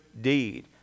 deed